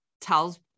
tells